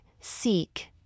seek